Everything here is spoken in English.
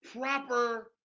proper